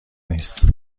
نیست